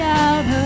out